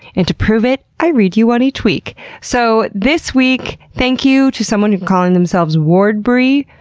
and to prove it, i read you one each week. so, this week, thank you to someone calling themselves wardbury.